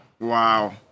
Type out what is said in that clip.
Wow